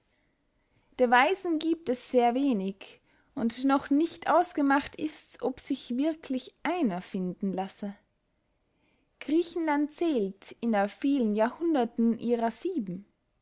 der weisen giebt es sehr wenig und noch nicht ausgemacht ists ob sich wirklich einer finden lasse griechenland zählt inner vielen jahrhunderten ihrer sieben